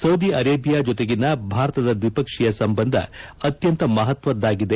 Saudi Arabia ಜತೆಗಿನ ಭಾರತದ ದ್ವಿಪಕ್ಷೀಯ ಸಂಬಂಧ ಅತ್ಯಂತ ಮಪತ್ವದ್ವಾಗಿದೆ